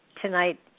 tonight